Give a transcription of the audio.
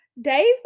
Dave